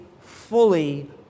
fully